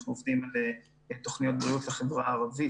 אנחנו עובדים על תוכניות בריאות לחברה הערבית.